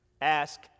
ask